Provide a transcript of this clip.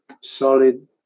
solid